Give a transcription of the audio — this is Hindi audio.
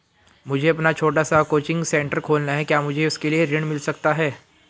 मुझे अपना छोटा सा कोचिंग सेंटर खोलना है क्या मुझे उसके लिए ऋण मिल सकता है?